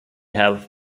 have